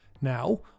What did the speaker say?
Now